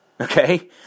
Okay